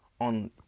on